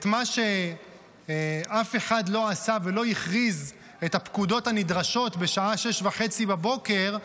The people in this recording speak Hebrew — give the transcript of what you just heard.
את מה שאף אחד לא עשה ולא הכריז את הפקודות הנדרשות בשעה שש וחצי בבוקר,